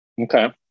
okay